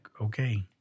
okay